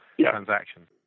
transaction